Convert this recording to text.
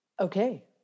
Okay